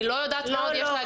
אני לא יודעת מה עוד יש להגיד.